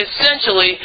essentially